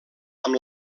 amb